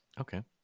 Okay